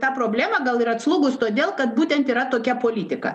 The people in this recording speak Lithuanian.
ta problema gal ir atslūgus todėl kad būtent yra tokia politika